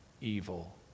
evil